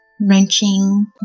wrenching